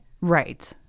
Right